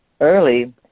Early